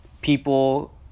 people